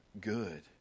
good